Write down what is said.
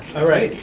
alright.